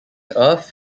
earth